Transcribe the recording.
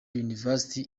university